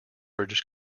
british